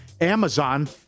amazon